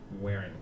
wearing